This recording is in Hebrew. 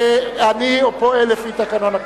אני פועל לפי תקנון הכנסת.